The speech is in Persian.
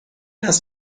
است